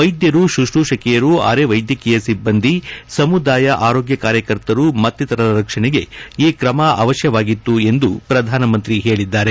ವೈದ್ಯರು ಶುಶ್ರುಷಕಿಯರು ಅರೆ ವೈದೈಕೀಯ ಸಿಬ್ಬಂದಿ ಸಮುದಾಯ ಆರೋಗ್ಡ ಕಾರ್ಯಕರ್ತರು ಮತ್ತಿತರರ ರಕ್ಷಣೆಗೆ ಈ ಕ್ರಮ ಅವಶ್ಯವಾಗಿತ್ತು ಎಂದು ಪ್ರಧಾನಮಂತ್ರಿ ಹೇಳಿದ್ದಾರೆ